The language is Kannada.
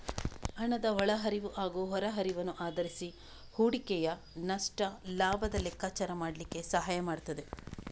ಹಣದ ಒಳ ಹರಿವು ಹಾಗೂ ಹೊರ ಹರಿವನ್ನು ಆಧರಿಸಿ ಹೂಡಿಕೆಯ ನಷ್ಟ ಲಾಭದ ಲೆಕ್ಕಾಚಾರ ಮಾಡ್ಲಿಕ್ಕೆ ಸಹಾಯ ಮಾಡ್ತದೆ